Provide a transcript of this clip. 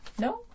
No